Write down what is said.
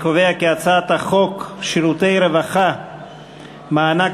ההצעה להעביר את הצעת חוק שירותי רווחה (מענק